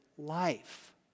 life